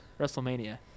WrestleMania